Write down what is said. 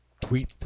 tweet